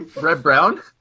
Red-Brown